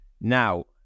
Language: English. now